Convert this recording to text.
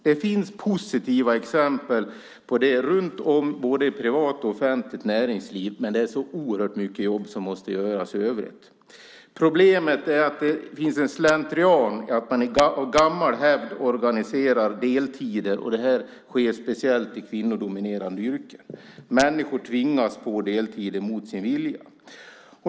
Det finns positiva exempel på det runt om, både inom privat och offentligt näringsliv, men det är så oerhört mycket jobb som måste göras i övrigt. Problemet är att det har gått slentrian i det här. Av gammal hävd organiserar man deltider. Det här sker speciellt i kvinnodominerade yrken. Människor tvingas på deltider mot sin vilja.